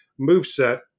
moveset